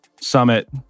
summit